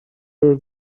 her